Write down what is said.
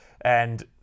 and-